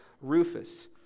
Rufus